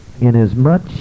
inasmuch